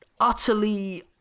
utterly